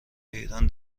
ایران